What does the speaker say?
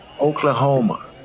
oklahoma